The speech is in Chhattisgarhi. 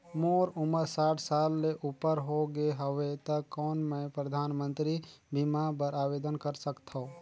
मोर उमर साठ साल ले उपर हो गे हवय त कौन मैं परधानमंतरी बीमा बर आवेदन कर सकथव?